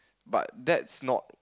but that's not